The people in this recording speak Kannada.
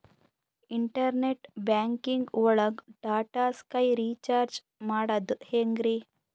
ಇಂಟರ್ನೆಟ್ ಬ್ಯಾಂಕಿಂಗ್ ಒಳಗ್ ಟಾಟಾ ಸ್ಕೈ ರೀಚಾರ್ಜ್ ಮಾಡದ್ ಹೆಂಗ್ರೀ?